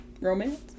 Romance